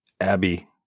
Abby